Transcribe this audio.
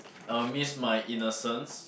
I will miss my innocence